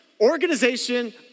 organization